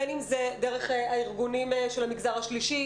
בין אם זה דרך הארגונים של המגזר השלישי,